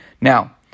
Now